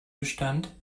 bestand